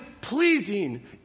pleasing